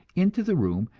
into the room,